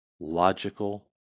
logical